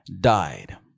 died